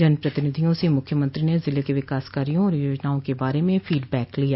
जन प्रतिनिधियों से मुख्यमंत्री ने जिले के विकास कार्यो और योजनाओं के बारे में फीडबैक लिया